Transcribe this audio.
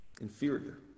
inferior